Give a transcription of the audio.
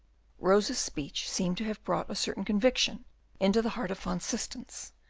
rosa's speech seemed to have brought a certain conviction into the heart of van systens,